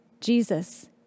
Jesus